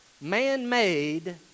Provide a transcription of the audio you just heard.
man-made